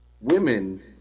women